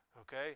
Okay